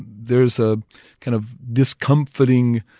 there's a kind of discomforting